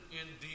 indeed